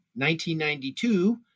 1992